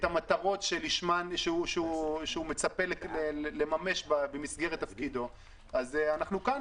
המטרות שהוא מצפה לממש במסגרת תפקידו אז אנחנו כאן.